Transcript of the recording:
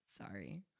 Sorry